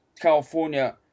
California